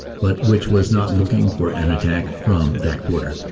but which was not looking for an attack from that quarter.